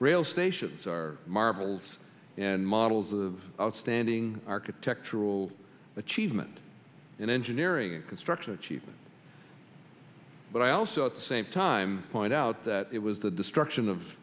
rail stations are marvels and models of outstanding architectural achievement in engineering and construction achievement but also at the same time point out that it was the destruction of